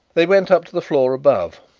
they went up to the floor above,